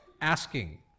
asking